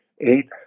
eight